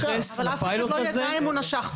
אבל אף אחד לא ידע אם הוא נשך פעמיים.